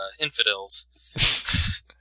infidels